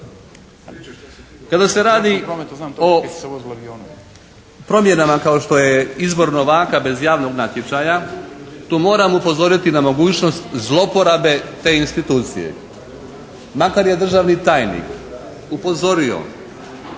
Kada se radi o promjenama kao što je izbor novaka bez javnog natječaja tu moram upozoriti na mogućnost zlouporabe te institucije. Makar je državni tajnik upozorio